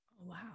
wow